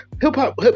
hip-hop